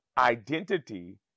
Identity